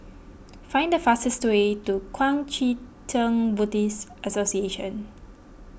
find the fastest way to Kuang Chee Tng Buddhist Association